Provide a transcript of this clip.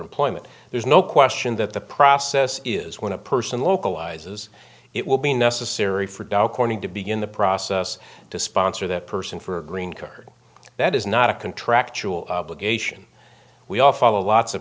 employment there's no question that the process is when a person localizes it will be necessary for dow corning to begin the process to sponsor that person for a green card that is not a contractual obligation we all follow lots of